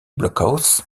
blockhaus